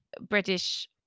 British